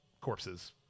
corpses